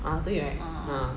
啊对 right